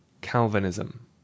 CALVINISM